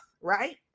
right